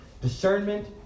discernment